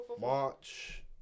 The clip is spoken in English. March